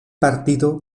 partido